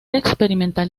experimental